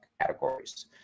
categories